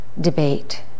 debate